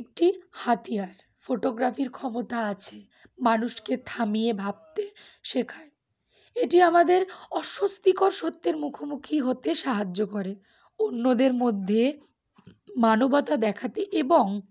একটি হাতিয়ার ফটোগ্রাফির ক্ষমতা আছে মানুষকে থামিয়ে ভাবতে শেখায় এটি আমাদের অস্বস্তিকর সত্যের মুখোমুখি হতে সাহায্য করে অন্যদের মধ্যে মানবতা দেখাতে এবং